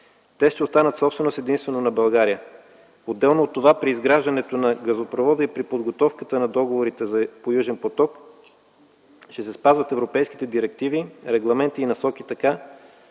Те си остават собственост единствено на България. Отделно от това, при изграждането на газопровода и при подготовката на договорите за „Южен поток” ще се спазват европейските директиви, регламенти и насоки така,